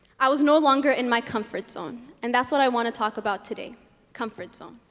i was, no longer in my comfort zone and that's what i want to talk about today comfort zone.